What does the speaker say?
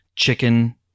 chicken